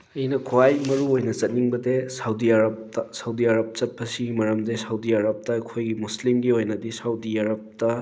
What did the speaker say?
ꯑꯩꯅ ꯈ꯭ꯋꯥꯏ ꯃꯔꯨ ꯑꯣꯏꯅ ꯆꯠꯅꯤꯡꯕꯗꯤ ꯁꯥꯎꯗꯤ ꯑꯥꯔꯕꯇ ꯁꯥꯎꯗꯤ ꯑꯥꯔꯕ ꯆꯠꯄꯁꯤꯒꯤ ꯃꯔꯝꯗꯤ ꯁꯥꯎꯗꯤ ꯑꯥꯔꯕꯇ ꯑꯩꯈꯣꯏ ꯃꯨꯁꯂꯤꯝꯒꯤ ꯑꯣꯏꯅꯗꯤ ꯁꯥꯎꯗꯤ ꯑꯥꯔꯕꯇ